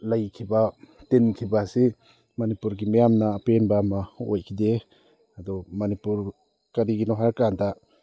ꯂꯩꯈꯤꯕ ꯇꯤꯟꯈꯤꯕ ꯑꯁꯤ ꯃꯅꯤꯄꯨꯔꯒꯤ ꯃꯤꯌꯥꯝꯅ ꯑꯄꯦꯟꯕ ꯑꯃ ꯑꯣꯏꯈꯤꯗꯦ ꯑꯗꯣ ꯃꯅꯤꯄꯨꯔ ꯀꯔꯤꯒꯤꯅꯣ ꯍꯥꯏꯔ ꯀꯥꯟꯗ